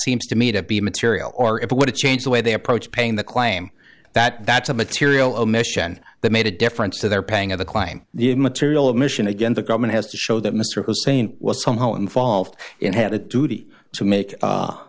seems to me to be material or it would change the way they approach paying the claim that that's a material omission that made a difference to their paying of the claim the material admission again the government has to show that mr hussein was somehow involved in had a duty to make a